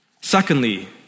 Secondly